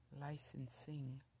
licensing